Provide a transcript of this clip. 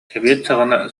саҕана